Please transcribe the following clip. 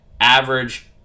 average